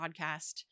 podcast